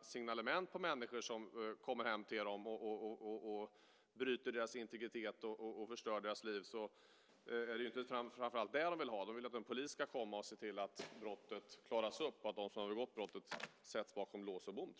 signalement på människor som kommer hem till dem, bryter deras integritet och förstör deras liv är det inte framför allt det som de vill ha. De vill att en polis ska komma och se till att brottet klaras upp och att de som har begått brottet sätts bakom lås och bom.